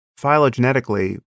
phylogenetically